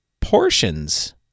portions